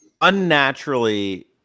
unnaturally